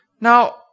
Now